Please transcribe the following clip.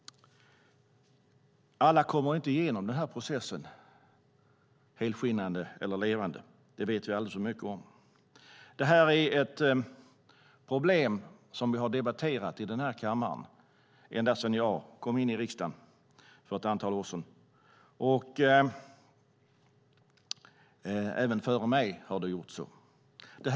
Alla kommer inte igenom processen helskinnade eller levande. Det vet vi alldeles för mycket om. Det är ett problem som vi har debatterat i kammaren ända sedan jag kom in i riksdagen för ett antal år sedan - och även innan jag kom in i riksdagen.